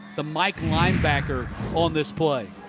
the like linebacker on this play.